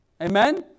Amen